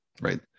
right